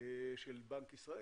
של בנק ישראל.